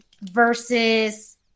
Versus